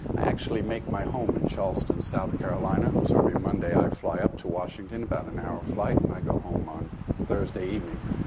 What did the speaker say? i actually make my home in charleston, south carolina. so every monday, i fly up to washington, about an hour flight, and i go home on thursday evenings.